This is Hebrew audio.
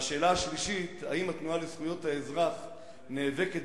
והשאלה השלישית: האם התנועה לזכויות האזרח נאבקת,